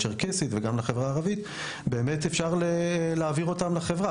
הצ'רקסית והערבית באמת יועברו לחברה,